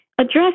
address